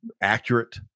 accurate